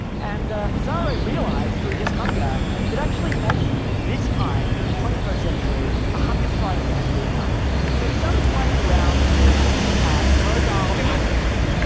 and hazare realized through his hunger that actually maybe this time, in the twenty first century, a hunger strike wouldn't be enough. so he started playing around with mobile activism.